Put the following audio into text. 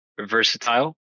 versatile